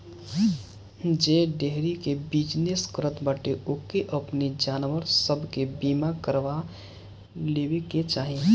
जे डेयरी के बिजनेस करत बाटे ओके अपनी जानवर सब के बीमा करवा लेवे के चाही